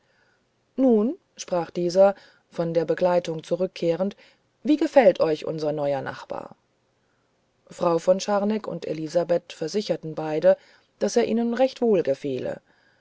nun sprach dieser von der begleitung zurückkehrend wie gefällt euch unser neuer nachbar frau von scharneck und elisabeth versicherten beide daß er ihnen recht wohl gefiele